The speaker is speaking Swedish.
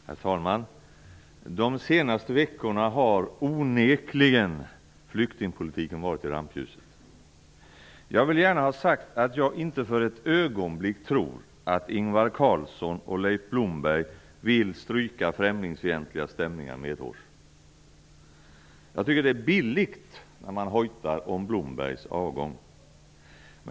Herr talman! De senaste veckorna har onekligen flyktingpolitiken varit i rampljuset. Jag vill gärna ha sagt att jag inte för ett ögonblick tror att Ingvar Carlsson och Leif Blomberg vill stryka främlingsfientliga stämningar medhårs. Jag tycker att det är billigt att hojta om Blombergs avgång.